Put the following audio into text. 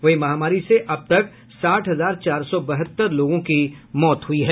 वहीं महामारी से अब तक साठ हजार चार सौ बहत्तर लोगों की मौत हुई है